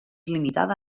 limitada